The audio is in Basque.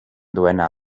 duena